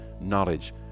knowledge